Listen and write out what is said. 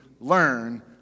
learn